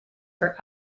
for